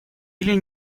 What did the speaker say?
или